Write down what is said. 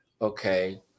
okay